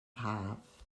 haf